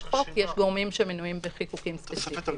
יש גורמים שמנויים בחיקוקים ספציפיים.